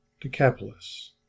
Decapolis